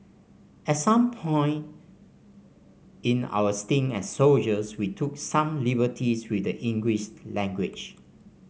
at some point in our stint as soldiers we took some liberties with the English language